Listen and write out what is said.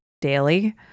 daily